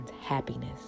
happiness